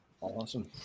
Awesome